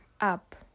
up